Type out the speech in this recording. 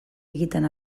egiten